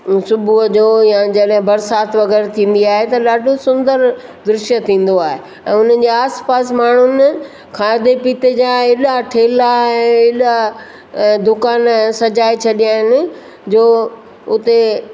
सुबुह जो या जॾहिं बरसाति अगरि थींदी आहे त ॾाढो सुंदर दृश्य थींदो आहे ऐं हुनजा आसिपासि माण्हुनि खाधे पिते जा हेॾा ठेला आहे हेॾा दुकान सजाए छॾिया आहिनि जो उते